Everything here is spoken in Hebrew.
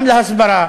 גם להסברה.